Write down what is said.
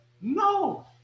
No